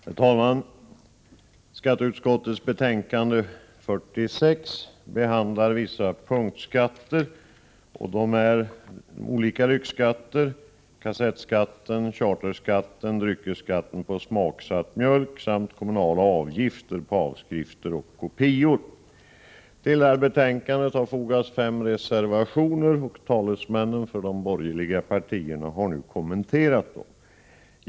Herr talman! I skatteutskottets betänkande 46 behandlas vissa punktskatter — olika lyxskatter, kassettskatten, charterskatten, dryckesskatten på smaksatt mjölk samt kommunala avgifter på avskrifter och kopior. Till betänkandet har fogats fem reservationer, och talesmännen för de borgerliga partierna har nu kommenterat dem.